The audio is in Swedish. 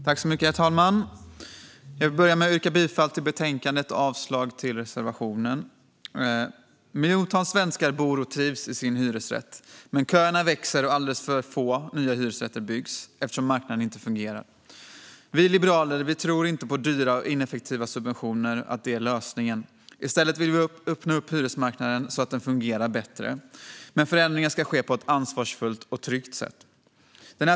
Herr talman! Jag vill börja med att yrka bifall till förslaget i betänkandet och avslag på reservationerna. Miljontals svenskar bor och trivs i sin hyresrätt, men köerna växer och alldeles för få nya hyresrätter byggs eftersom hyresmarknaden inte fungerar. Vi liberaler tror inte att dyra och ineffektiva subventioner är lösningen. I stället vill vi öppna upp hyresmarknaden så att den fungerar bättre. Men förändringarna ska ske på ett ansvarsfullt och tryggt sätt.